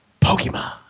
Pokemon